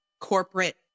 corporate